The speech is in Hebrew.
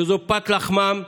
שזאת פת לחמם,